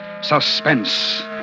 suspense